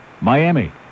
Miami